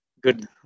good